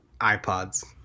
iPods